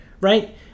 Right